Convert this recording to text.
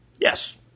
Yes